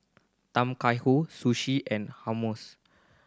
Tom Kha Sushi and Hummus